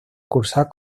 cursar